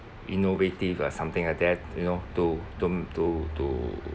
innovative ah something like that you know to to m~ to to